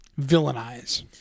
Villainize